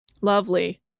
Lovely